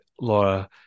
Laura